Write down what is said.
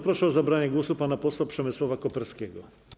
Proszę o zabranie głosu pana posła Przemysława Koperskiego.